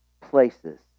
places